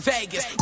Vegas